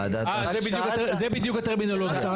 זה בדיוק הטרמינולוגיות.